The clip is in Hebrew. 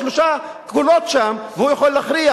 יש שלושה קולות שם והוא יכול להכריע?